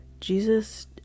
Jesus